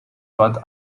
dort